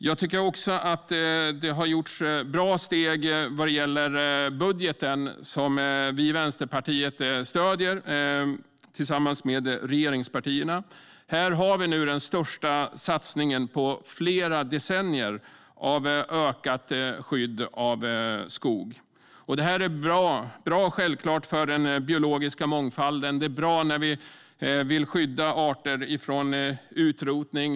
Jag tycker också att det har tagits bra steg vad gäller budgeten, som vi i Vänsterpartiet stöder tillsammans med regeringspartierna. Här har vi nu den största satsningen på flera decennier på ökat skydd av skog. Det här är självklart bra för den biologiska mångfalden och bra när vi vill skydda arter från utrotning.